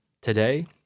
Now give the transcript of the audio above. Today